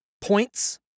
points